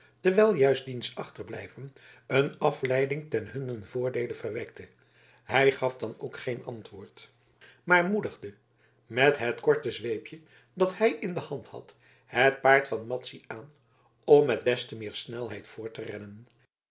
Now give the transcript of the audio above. terwijl juist diens achterblijven een afleiding ten hunnen voordeele verwekte hij gaf dan ook geen antwoord maar moedigde met het korte zweepje dat hij in de hand had het paard van madzy aan om met des te meer snelheid voort te rennen